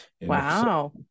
wow